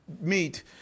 meet